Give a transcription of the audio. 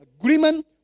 agreement